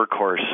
workhorse